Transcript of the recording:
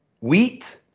wheat